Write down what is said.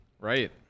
Right